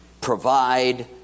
provide